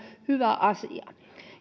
hyvä asia